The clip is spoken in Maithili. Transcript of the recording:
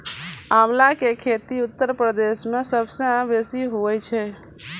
आंवला के खेती उत्तर प्रदेश मअ सबसअ बेसी हुअए छै